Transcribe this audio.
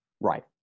Right